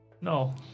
No